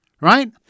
right